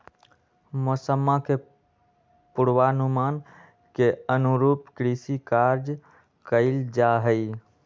मौसम्मा के पूर्वानुमान के अनुरूप कृषि कार्य कइल जाहई